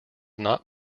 not